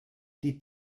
die